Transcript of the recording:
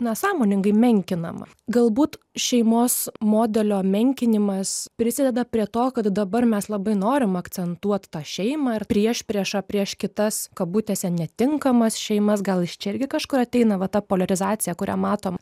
nesąmoningai menkinama galbūt šeimos modelio menkinimas prisideda prie to kad dabar mes labai norim akcentuot tą šeimą ir priešpriešą prieš kitas kabutėse netinkamas šeimas gal iš čia irgi kažkur ateina va ta poliarizacija kurią matom